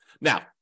Now